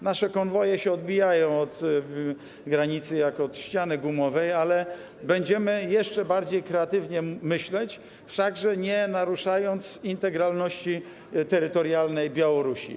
Nasze konwoje się odbijają od granicy jak od gumowej ściany, ale będziemy jeszcze bardziej kreatywnie myśleć, wszakże nie naruszając integralności terytorialnej Białorusi.